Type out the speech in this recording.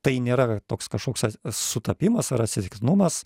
tai nėra toks kažkoks sutapimas ar atsitiktinumas